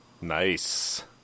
Nice